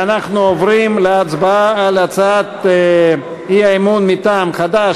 אנחנו עוברים להצבעה על הצעת האי-אמון מטעם חד"ש,